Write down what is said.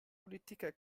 politika